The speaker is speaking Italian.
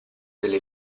delle